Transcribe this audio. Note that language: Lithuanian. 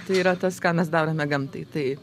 tai yra tas ką mes darome gamtai tai